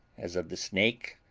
as, of the snake,